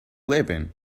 living